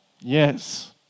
Yes